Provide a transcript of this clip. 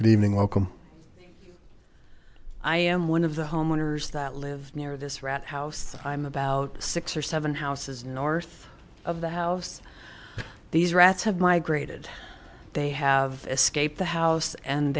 good evening welcome i am one of the homeowners that live near this rat house i'm about six or seven houses north of the house these rats have migrated they have escaped the house and